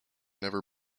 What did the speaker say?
never